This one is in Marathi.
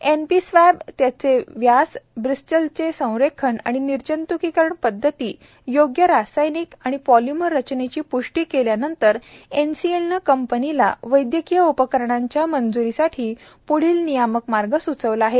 एनपी स्वॅब्स त्यांचे व्यास ब्रिस्टल्सचे संरेखन आणि निर्जंत्कीकरण पद्धतीची योग्य रसायनिक आणि पॉलिमर रचनेची प्षष्टी केल्यानंतर एनसीएलने कंपनीला वैद्यकीय उपकरणांच्या मंज्रीसाठी प्ढील नियामक मार्ग सुचविला आहे